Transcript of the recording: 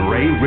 Ray